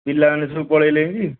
ପିଲାମାନେ ସବୁ ପଳାଇଲେଣି କି